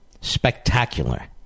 Spectacular